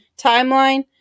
timeline